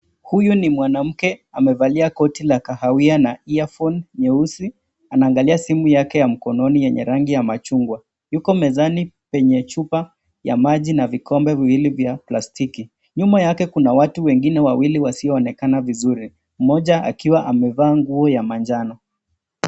Huyu ni mwanamke amevalia koti la kahawia na earphone nyeusi anaangalia simu yake ya mkononi enye rangi ya majungwa iko mezani penye chupa ya maji na vikombe viwili vya plastiki, nyuma yake kuna watu wengine wawili wazioonekana vizuri moja akiwa amevaa nguo ya manjano.